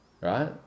right